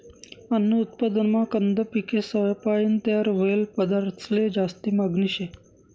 अन्न उत्पादनमा कंद पिकेसपायीन तयार व्हयेल पदार्थंसले जास्ती मागनी शे